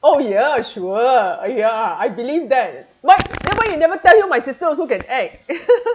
oh ya sure ya I believe that but then you never tell you my sister also can act